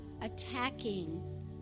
attacking